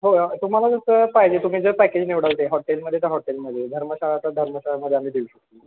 होय ओ तुम्हाला जसं पाहिजे तुम्ही जे पॅकेज निवडाल ते हॉटेलमध्ये तर हॉटेलमध्ये धर्मशाळा तर धर्मशाळेमध्ये आम्ही देऊ शकतो